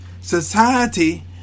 society